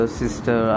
sister